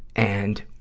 and,